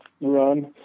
run